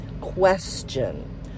question